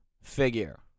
figure